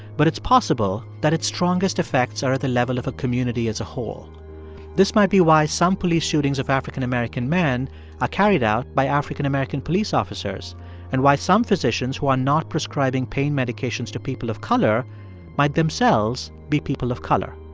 but it's possible that its strongest effects are at the level of a community as a whole this might be why some police shootings of african-american men are carried out by african-american police officers and why some physicians who are not prescribing pain medications to people of color might themselves be people of color.